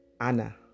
Anna